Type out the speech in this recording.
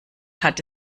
hatte